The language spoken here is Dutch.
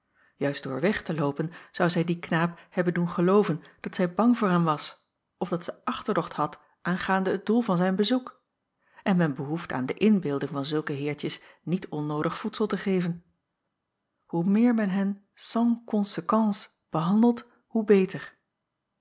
juist door weg te loopen zou zij dien knaap hebben doen gelooven dat zij bang voor hem was of dat zij achterdocht had aangaande het doel van zijn bezoek en men behoeft aan de inbeelding van zulke heertjes niet onnoodig voedsel te geven hoe meer men hen sans conséquence behandelt hoe beter